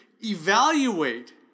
evaluate